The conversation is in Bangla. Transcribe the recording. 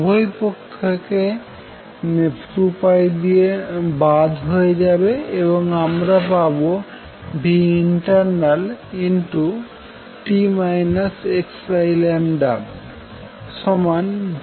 উভয়পক্ষে 2π বাদ হয়ে যাবে এবং আমরা পাবো internalt xclockt